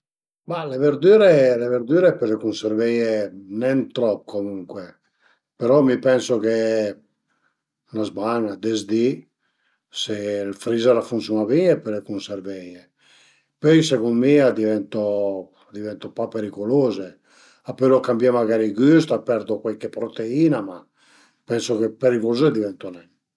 Ma le verdüre le verdüre pöle cunserveie nen trop comuncue però mi pensu che 'na zmana, des di, se ël freezer a funsiun-a bin pöle cunserveie, pöi secund mi a divento a diventu pa periculuze, a pölu cambié magari güst, a perdu cuaiche proteina ma pensu che periculuze a diventu nen